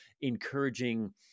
encouraging